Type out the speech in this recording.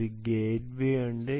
ഒരു ഗേറ്റ്വേ ഉണ്ട്